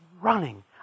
running